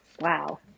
Wow